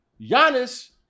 Giannis